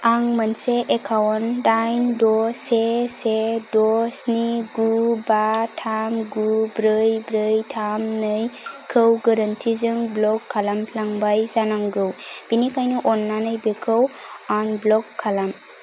आं मोनसे एकाउन्ट दाइन द' से से द' स्नि गु बा थाम गु ब्रै ब्रै थाम नैखौ गोरोन्थिजों ब्लक खालामफ्लांबाय जानांगौ बेनिखायनो अन्नानै बेखौ आनब्लक खालाम